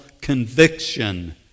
conviction